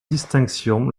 discussion